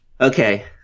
okay